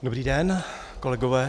Dobrý den, kolegové.